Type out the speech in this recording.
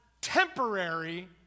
temporary